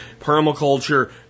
permaculture